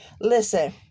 listen